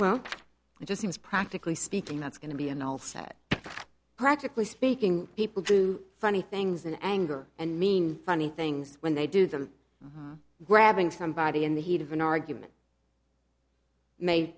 well it just seems practically speaking that's going to be an all set practically speaking people do funny things in anger and mean funny things when they do them grabbing somebody in the heat of an argument ma